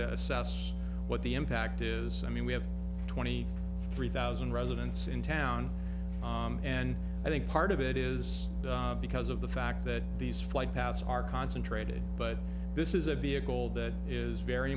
to assess what the impact is i mean we have twenty three thousand residents in town and i think part of it is because of the fact that these flight paths are concentrated but this is a vehicle that is very